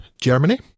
Germany